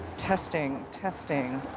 testing, testing.